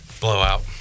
Blowout